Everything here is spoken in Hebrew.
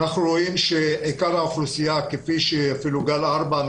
אנחנו רואים שעיקר האוכלוסייה כפי שגל ארבע,